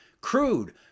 crude